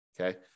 Okay